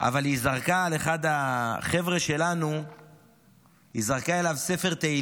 אבל היא זרקה אל אחד החבר'ה שלנו ספר תהילים.